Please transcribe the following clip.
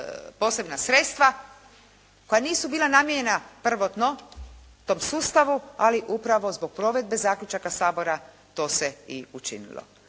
posebna sredstva koja nisu bila namijenjena prvotno tom sustavu, ali upravo zbog provedbe zaključaka Sabora to se i učinilo.